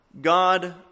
God